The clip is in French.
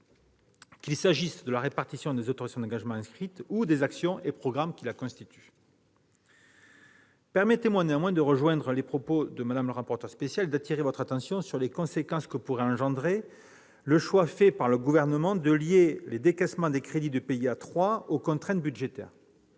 qu'il s'agisse de la répartition des autorisations d'engagement inscrites ou des actions et des programmes qui la constituent. Permettez-moi néanmoins de rejoindre les propos de Mme le rapporteur spécial et d'appeler votre attention sur les conséquences que pourrait engendrer le choix du Gouvernement de lier les décaissements des crédits du PIA 3 aux contraintes budgétaires.